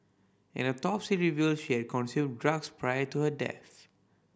an autopsy revealed she had consumed drugs prior to her death